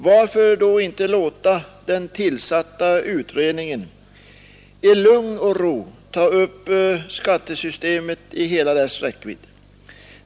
Varför inte låta den tillsatta utredningen i lugn och ro ta upp skattesystemet i hela dess räckvidd?